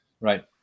right